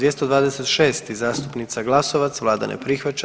226. zastupnica Glasovac, vlada ne prihvaća.